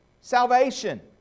salvation